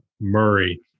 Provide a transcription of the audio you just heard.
Murray